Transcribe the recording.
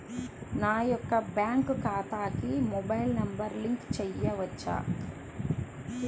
నా యొక్క బ్యాంక్ ఖాతాకి మొబైల్ నంబర్ లింక్ చేయవచ్చా?